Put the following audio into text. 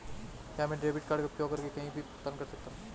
क्या मैं debit card का उपयोग करके कहीं भी भुगतान कर सकता हूं?